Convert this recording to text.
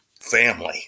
family